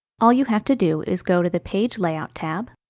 all you have to do is go to the page layout tab.